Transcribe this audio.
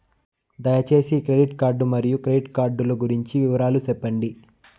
దయసేసి credit card మరియు credit card లు గురించి వివరాలు సెప్పండి?